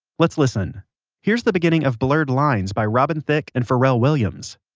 let's listen here's the beginning of blurred lines by robin thicke and pharrell williams